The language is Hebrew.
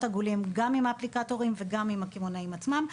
עגולים גם עם האפליקטורים וגם עם הקמעונאים עצמם.